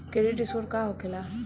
Credit score का होखेला?